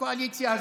הקואליציה הזו,